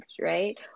right